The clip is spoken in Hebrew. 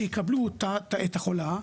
שיקבלו את החולה,